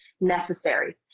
necessary